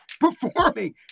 performing